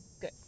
good